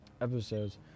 episodes